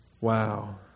Wow